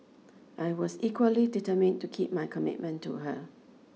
I was equally determined to keep my commitment to her